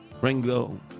Ringo